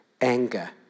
anger